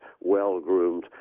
well-groomed